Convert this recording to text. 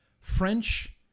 French